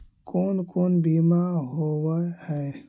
कोन कोन बिमा होवय है?